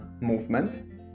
movement